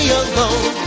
alone